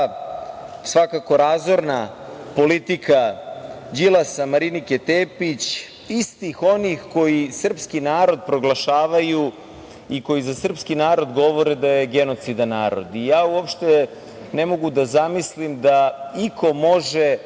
je ta razorna politika Đilasa, Marinike Tepić, istih onih koji srpski narod proglašavaju i koji za srpski narod govore da je genocidan narod. Ja uopšte ne mogu da zamislim da iko može